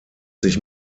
sich